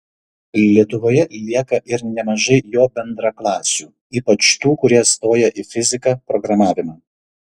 lietuvoje lieka ir nemažai jo bendraklasių ypač tų kurie stoja į fiziką programavimą